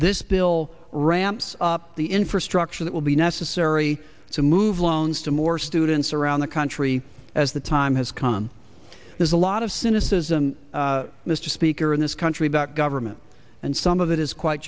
this bill ramps up the infrastructure that will be necessary to move loans to more students around the country as the time has come there's a lot of cynicism mr speaker in this country about government and some of it is quite